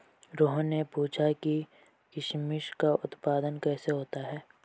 रोहन ने पूछा कि किशमिश का उत्पादन कैसे होता है?